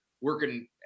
working